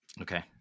Okay